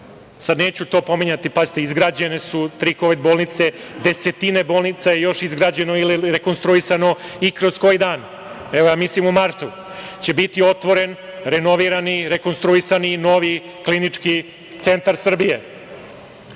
Sad neću to pominjati, pazite, izgrađene su tri kovid bolnice, desetine bolnica je još izgrađeno ili rekonstruisano. I, kroz koji dan, mislim u martu, će biti otvoren renovirani, rekonstruisani, novi Klinički centar Srbije. Srbija